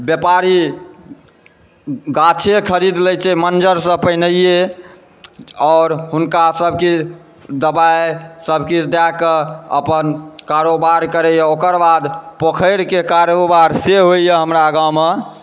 व्यापारी गाछे खरीद लए छै मञ्जरसँ पहिनहिए आओर हुनका सभकेँ दबाइसभ किछु दयके अपन कारोबार करयए ओकर बाद पोखरिके कारोबारसे होइए हमरा गाँवमे